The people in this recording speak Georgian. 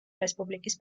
რესპუბლიკის